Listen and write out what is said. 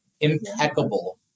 impeccable